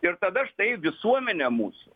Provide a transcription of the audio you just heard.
ir tada štai visuomenė mūsų